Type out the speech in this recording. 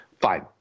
Fine